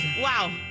Wow